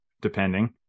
depending